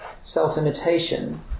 self-imitation